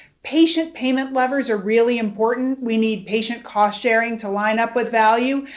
patient payment levers are really important. we need patient cost sharing to line up with value.